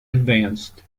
advanced